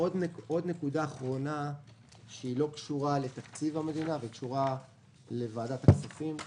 עוד נקודה אחרונה שלא קשורה לתקציב המדינה אבל קשורה לוועדת הכספים,